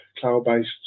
cloud-based